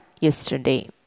yesterday